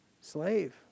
slave